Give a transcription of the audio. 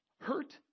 Hurt